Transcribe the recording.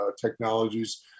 technologies